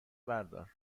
بردار